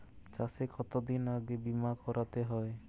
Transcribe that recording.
চাষে কতদিন আগে বিমা করাতে হয়?